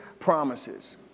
promises